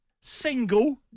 single